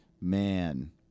Man